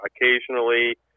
Occasionally